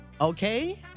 Okay